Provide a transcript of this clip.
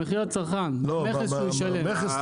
במכס אתה מדבר?